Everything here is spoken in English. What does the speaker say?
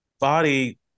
body